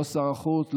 לא שר החוץ,